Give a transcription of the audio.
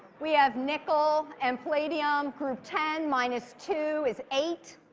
we have nickel and palladium, group ten minus two is eight.